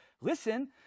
Listen